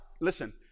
Listen